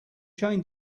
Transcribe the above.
chain